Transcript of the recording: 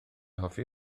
hoffi